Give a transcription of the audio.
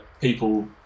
people